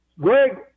Greg